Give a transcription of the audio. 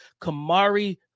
Kamari